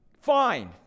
fine